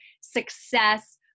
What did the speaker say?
success